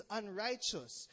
unrighteous